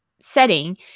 setting